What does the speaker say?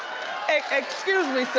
excuse me, sir,